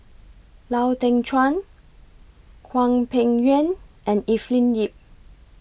Lau Teng Chuan Hwang Peng Yuan and Evelyn Lip